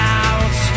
out